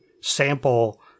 sample